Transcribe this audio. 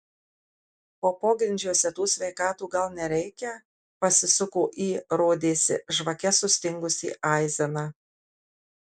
o pogrindžiuose tų sveikatų gal nereikia pasisuko į rodėsi žvake sustingusį aizeną